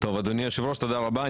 אדוני היושב ראש, תודה רבה.